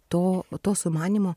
to to sumanymo